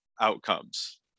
outcomes